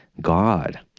God